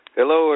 Hello